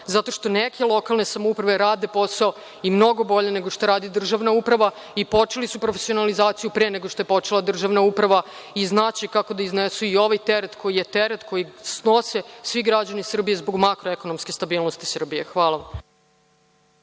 zato što neke lokalne samouprave rade posao i mnogo bolje nego što radi državna uprava i počeli su profesionalizaciju pre nego što je počela državna uprava i znaće kako da iznesu i ovaj teret, koji je teret koji snose svi građani Srbije zbog makroekonomske stabilnosti Srbije. **Maja